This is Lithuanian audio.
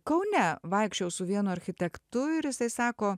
kaune vaikščiojau su vienu architektu ir jisai sako